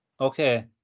Okay